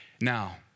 Now